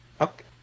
Okay